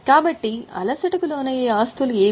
కాబట్టి అలసటకు లోనయ్యే ఆస్తులు ఏవి